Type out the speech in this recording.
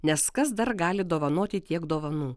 nes kas dar gali dovanoti tiek dovanų